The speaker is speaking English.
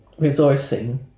resourcing